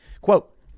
Quote